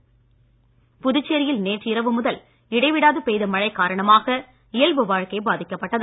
புதுவை மழை புதுச்சேரியில் நேற்று இரவு முதல் இடைவிடாது பெய்த மழை காரணமாக இயல்பு வாழ்க்கை பாதிக்கப்பட்டது